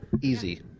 easy